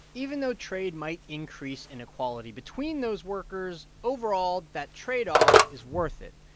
even though trade might increase inequality between those workers, overall, that trade-off is worth it.